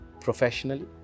professionally